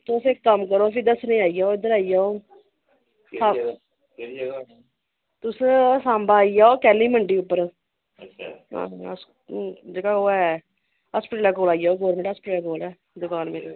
तुस इक कम्म करो दस्सने गी आई जाओ इध्दर आई जाओ तुस सांबा आई जाओ कैल्ली मंडी उप्पर जेह्ड़ी ओह् ऐ हस्पिटलै कोल आई जाओ गौरमैंट हस्पिटलै कोल दुकान मेरी हां जी